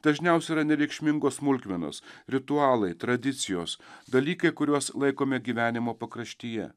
dažniausiai yra nereikšmingos smulkmenos ritualai tradicijos dalykai kuriuos laikome gyvenimo pakraštyje